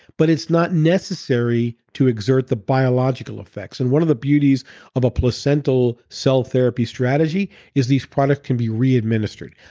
but it's not necessary to exert the biological effects. and one of the beauties of a placental cell therapy strategy is these product can be re administered.